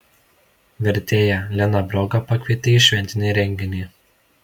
vertėją liną brogą pakvietė į šventinį renginį